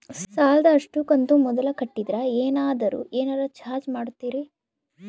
ಸಾಲದ ಅಷ್ಟು ಕಂತು ಮೊದಲ ಕಟ್ಟಿದ್ರ ಏನಾದರೂ ಏನರ ಚಾರ್ಜ್ ಮಾಡುತ್ತೇರಿ?